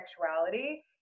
sexuality